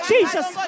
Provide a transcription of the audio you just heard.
Jesus